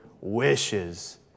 wishes